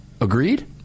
Agreed